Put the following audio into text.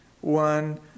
one